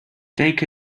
take